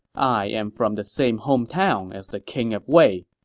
i am from the same hometown as the king of wei.